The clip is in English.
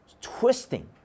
twisting